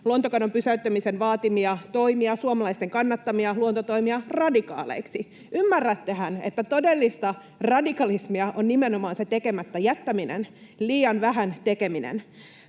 luontokadon pysäyttämisen vaatimia toimia, suomalaisten kannattamia luontotoimia, radikaaleiksi. Ymmärrättehän, että todellista radikalismia on nimenomaan se tekemättä jättäminen, liian vähän tekeminen?